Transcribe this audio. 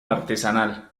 artesanal